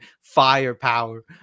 firepower